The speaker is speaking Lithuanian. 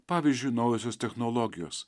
pavyzdžiui naujosios technologijos